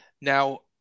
Now